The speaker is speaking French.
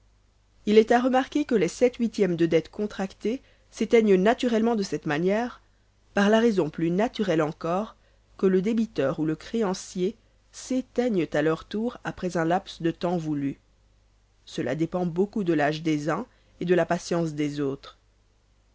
il est à remarquer que les sept huitièmes de dettes contractées s'éteignent naturellement de cette manière par la raison plus naturelle encore que le débiteur ou le créancier s'éteignent à leur tour après un laps de temps voulu cela dépend beaucoup de l'âge des uns et de la patience des autres